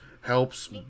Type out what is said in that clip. helps